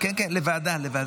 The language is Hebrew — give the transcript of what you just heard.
כן, כן, לוועדה.